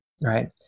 right